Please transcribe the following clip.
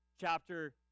chapter